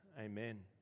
Amen